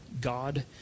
God